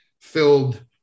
filled